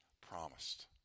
promised